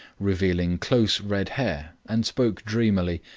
revealing close red hair, and spoke dreamily,